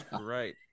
Right